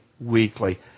weekly